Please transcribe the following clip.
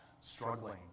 struggling